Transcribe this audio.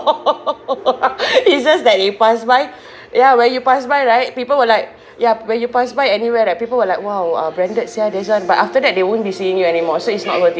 it's just that they pass by ya when you pass by right people were like ya when you pass by anywhere that people will like !wow! ah branded sia this [one] but after that they won't be seeing you anymore so it's not worth it